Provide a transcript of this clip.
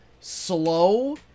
slow